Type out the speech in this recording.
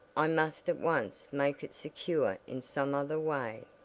i must at once make it secure in some other way.